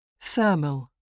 Thermal